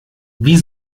wie